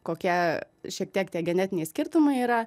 kokie šiek tiek genetiniai skirtumai yra